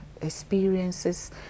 experiences